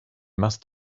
must